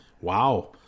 Wow